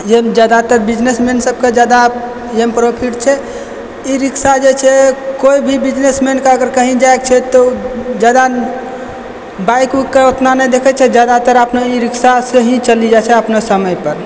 जादातर बिजनेसमैन सबके जादा ईहेमे प्रॉफिट छै ई रिक्शा जे छै कोइ भी बिजनेसमैनके अगर कहीँ जाइके छै तऽ ओ जादा बाइक उकके ओतना नहि देखै छै जादातर अपना ई रिक्शासे ही चली जाइ छै अपना समयपर